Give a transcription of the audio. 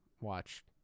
watch